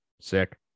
Sick